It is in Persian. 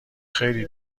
خیلی